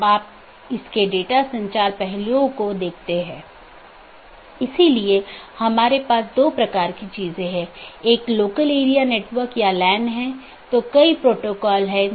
तो autonomous system या तो मल्टी होम AS या पारगमन AS हो सकता है